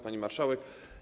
Pani Marszałek!